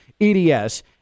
eds